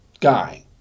guy